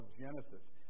Genesis